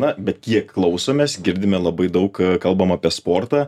na bet kiek klausomės girdime labai daug kalbam apie sportą